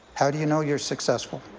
how do you know you're successful?